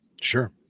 sure